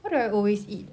what do I always eat